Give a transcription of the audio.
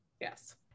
Yes